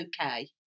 okay